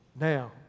now